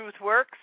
TruthWorks